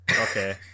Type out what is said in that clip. Okay